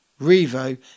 Revo